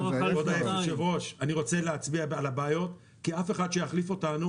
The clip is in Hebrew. היושב ראש אני רוצה להצביע על הבעיות כי אף אחד שיחליף אותנו